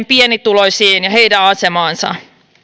pienituloisiin ja heidän asemaansa